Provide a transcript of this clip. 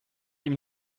ihm